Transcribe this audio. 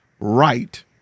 right